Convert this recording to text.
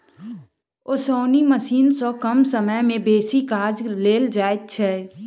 ओसौनी मशीन सॅ कम समय मे बेसी काज लेल जाइत छै